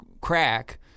crack